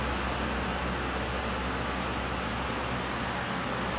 hopefully my grades is like good enough to go university lah